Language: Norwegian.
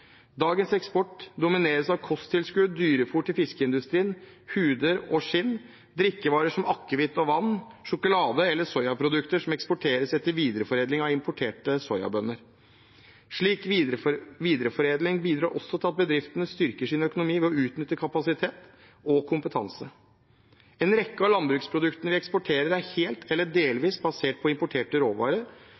Dagens eksport domineres av kosttilskudd, dyrefôr til fiskeindustrien, huder og skinn, drikkevarer som akevitt og vann, sjokolade eller soyaprodukter som eksporteres etter videreforedling av importerte soyabønner. Slik videreforedling bidrar også til at bedriftene styrker sin økonomi ved å utnytte kapasitet og kompetanse. En rekke av landbruksproduktene vi eksporterer, er helt eller delvis basert på importerte råvarer